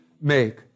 make